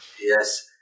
Yes